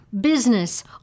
business